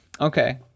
Okay